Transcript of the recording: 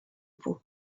peau